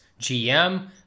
GM